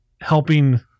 helping